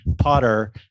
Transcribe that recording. Potter